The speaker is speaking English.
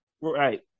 Right